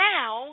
Now